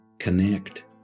connect